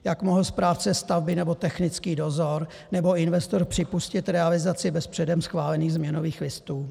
Jak mohl správce stavby nebo technický dozor nebo investor připustit realizaci bez předem schválených změnových listů?